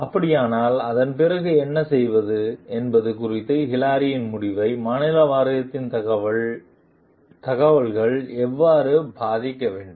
அப்படியானால் அதன் பிறகு என்ன செய்வது என்பது குறித்த ஹிலாரியின் முடிவை மாநில வாரியத்தின் தகவல்கள் எவ்வாறு பாதிக்க வேண்டும்